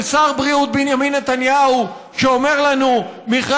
של שר הבריאות בנימין נתניהו שאומר לנו: מכרה